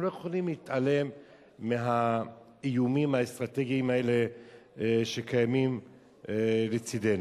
אנחנו לא יכולים להתעלם מהאיומים האסטרטגיים האלה שקיימים לצדנו.